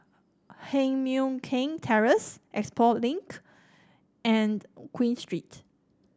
Heng Mui Keng Terrace Expo Link and Queen Street